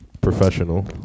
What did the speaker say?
Professional